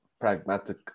pragmatic